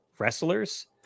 wrestlers